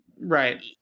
right